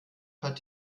hat